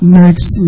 next